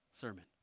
sermon